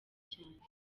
cyane